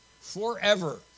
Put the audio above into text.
Forever